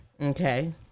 okay